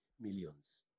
millions